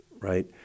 right